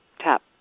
tap